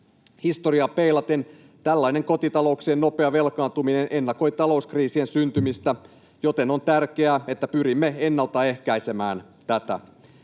Historiaa peilaten tällainen kotita-louksien nopea velkaantuminen ennakoi talouskriisien syntymistä, joten on tärkeää, että pyrimme ennaltaehkäisemään tätä.